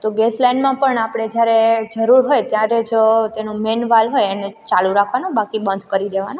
તો ગેસ લાઈનમાં પણ આપણે જ્યારે જરૂર હોય ત્યારે જ તેનો મેન વાલ્વ હોય એને ચાલુ રાખવાનો બાકી બંધ કરી દેવાનો